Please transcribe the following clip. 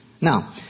Now